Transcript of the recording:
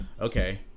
okay